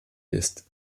ist